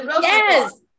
Yes